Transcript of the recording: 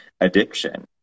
addiction